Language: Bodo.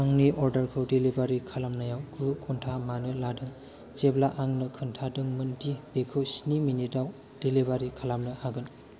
आंनि अर्डारखौ डेलिबारि खालामनायाव गु घन्टा मानो लादों जेब्ला आंनो खोनथाखादोंमोन दि बेखौ स्नि मिनिटाव डेलिबारि खालामनो हागोन